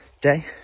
day